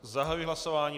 Zahajuji hlasování.